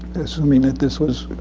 assuming that this was,